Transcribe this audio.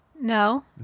No